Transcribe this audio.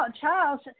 Charles